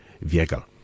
vehicle